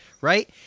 Right